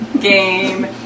game